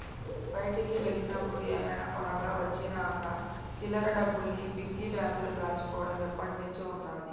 బయటికి వెళ్ళినప్పుడు ఏమైనా కొనగా వచ్చిన చిల్లర డబ్బుల్ని పిగ్గీ బ్యాంకులో దాచుకోడం ఎప్పట్నుంచో ఉన్నాది